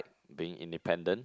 being independent